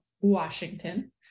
Washington